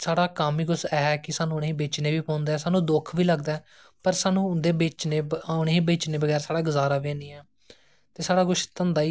बडी जगह उप्पर बडी जगह कम्म करदियां जुत्थे कढाइयां होदियां सूटे दियां कढाइयां बुनदिया ते